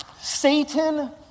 Satan